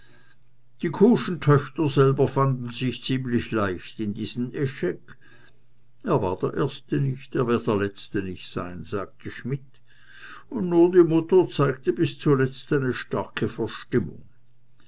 die kuhschen töchter selbst fanden sich ziemlich leicht in diesen echec er war der erste nicht er wird der letzte nicht sein sagte schmidt und nur die mutter zeigte bis zuletzt eine starke verstimmung